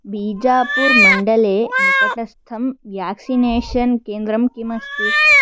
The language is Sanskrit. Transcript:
बीजापुरमण्डले निकटस्थं व्याक्सिनेषन् केन्द्रं किम् अस्ति